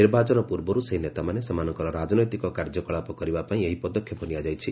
ନିର୍ବାଚନ ପୂର୍ବରୁ ସେହି ନେତାମାନେ ସେମାନଙ୍କର ରାଜନୈତିକ କାର୍ଯ୍ୟକଳାପ କରିବାପାଇଁ ଏହି ପଦକ୍ଷେପ ନିଆଯାଇଛି